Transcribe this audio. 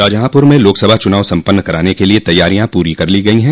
शाहजहांपुर में लोकसभा चुनाव संपन्न कराने के लिये तैयारियॉ पूरी कर ली गई हैं